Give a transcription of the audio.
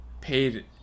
paid